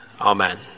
Amen